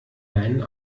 deinen